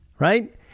Right